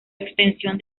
extensión